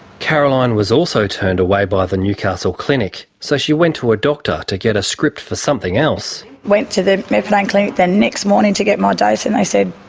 caroline was also turned away by the newcastle clinic, so she went to a doctor to get a script for something else. went to the methadone clinic the next morning to get my dose and they said,